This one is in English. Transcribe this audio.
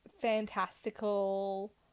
fantastical